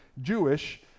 Jewish